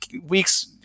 weeks